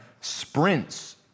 sprints